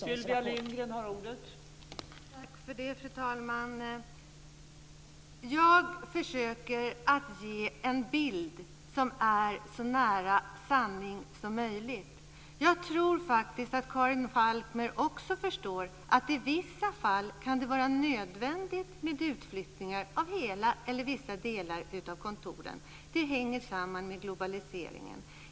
Fru talman! Jag försöker att ge en bild som är så nära sanningen som möjligt. Jag tror faktiskt att också Karin Falkmer förstår att det i vissa fall kan vara nödvändigt med utflyttning av hela eller vissa delar av kontoren. Det hänger samman med globaliseringen.